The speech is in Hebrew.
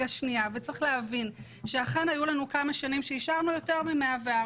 צריך להבין שאכן היו לנו כמה שנים שאישרנו יותר מ-104.